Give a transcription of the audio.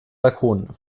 balkon